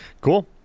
Cool